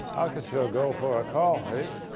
ah could sure go for a coffee.